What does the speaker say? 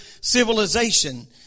civilization